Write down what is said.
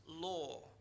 law